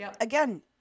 again